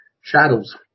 shadows